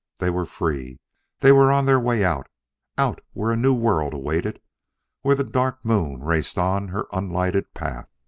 they were free they were on their way out out where a new world awaited where the dark moon raced on her unlighted path!